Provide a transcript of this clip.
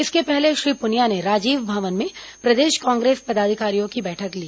इसके पहले श्री पुनिया ने राजीव भवन में प्रदेश कांग्रेस पदाधिकारियों की बैठक ली